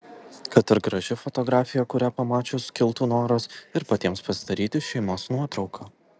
kad ir graži fotografija kurią pamačius kiltų noras ir patiems pasidaryti šeimos nuotrauką